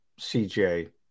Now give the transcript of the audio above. CJ